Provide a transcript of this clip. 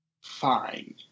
Fine